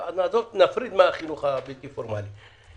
אז נפריד מהחינוך הבלתי פורמלי.